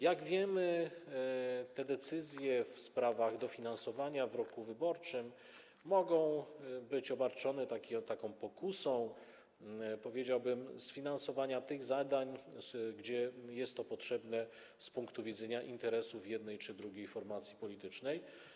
Jak wiemy, decyzje w sprawach dofinansowania w roku wyborczym mogą być obarczone pokusą, powiedziałbym, sfinansowania tych zadań tam, gdzie jest to potrzebne z punktu widzenia interesów jednej czy drugiej formacji politycznej.